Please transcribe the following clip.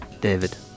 David